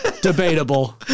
debatable